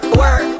work